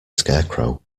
scarecrow